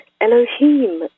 Elohim